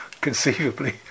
conceivably